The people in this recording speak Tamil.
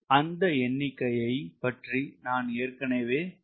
அந்த எண்ணிக்கையை பற்றி நான் ஏற்கனேவே பேசியிருக்கிறேன்